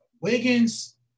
Wiggins